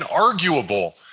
arguable